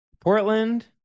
Portland